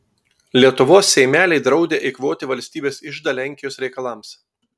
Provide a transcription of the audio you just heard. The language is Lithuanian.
lietuvos seimeliai draudė eikvoti valstybės iždą lenkijos reikalams